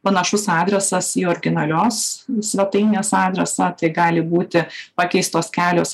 panašus adresas į originalios svetainės adresą tai gali būti pakeistos kelios